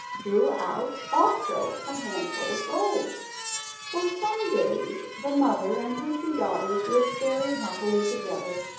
drew out also a handful of gold for some days the mother and her two daughters lived very happily together,